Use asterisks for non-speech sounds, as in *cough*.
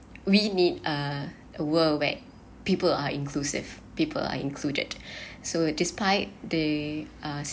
we need a world where people are inclusive people are included *breath* so despite the uh